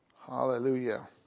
Hallelujah